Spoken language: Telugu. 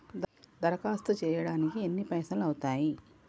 దరఖాస్తు చేయడానికి ఎన్ని పైసలు అవుతయీ?